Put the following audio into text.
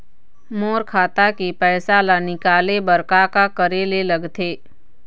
मोर खाता के पैसा ला निकाले बर का का करे ले लगथे?